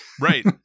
Right